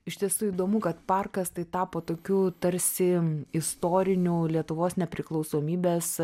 iš tiesų įdomu kad parkas tai tapo tokiu tarsi istoriniu lietuvos nepriklausomybės